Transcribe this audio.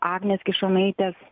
agnės kišonaitės